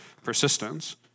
persistence